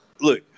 look